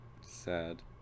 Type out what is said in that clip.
Sad